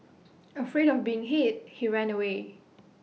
afraid of being hit he ran away